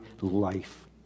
life